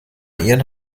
ihren